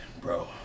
bro